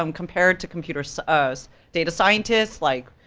um compared to computer, so so data scientists, like,